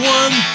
one